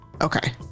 Okay